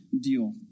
deal